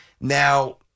Now